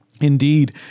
Indeed